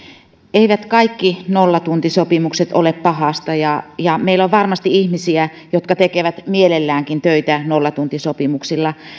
eivät kaikki nollatuntisopimukset ole pahasta ja meillä on varmasti ihmisiä jotka tekevät mielelläänkin töitä nollatuntisopimuksilla